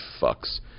fucks